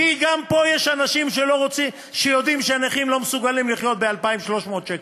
כי גם פה יש אנשים שיודעים שהנכים לא מסוגלים לחיות ב-2,300 שקל.